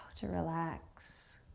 to relax